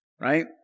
right